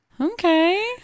Okay